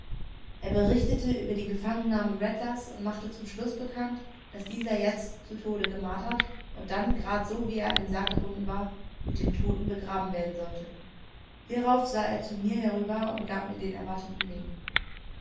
er berichtete über die gefangennahme rattlers und machte zum schlusse bekannt daß dieser jetzt zu tode gemartert und dann grad so wie er an den sarg gebunden war mit dem toten begraben werden solle hierauf sah er zu mir herüber und gab mir den erwarteten wink